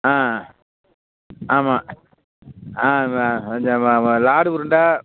ஆ ஆமாம் ஆமாம் லாடு உருண்ட